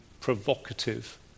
provocative